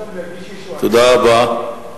תודה רבה.